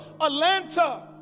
Atlanta